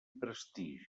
prestigi